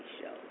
Show